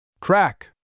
Crack